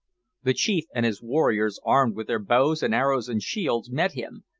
the chief and his warriors, armed with their bows and arrows and shields, met him,